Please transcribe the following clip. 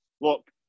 look